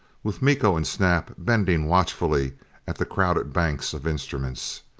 with miko and snap bending watchfully at the crowded banks of instruments.